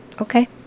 Okay